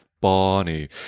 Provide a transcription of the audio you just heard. Bonnie